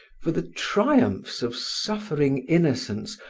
for the triumphs of suffering innocence,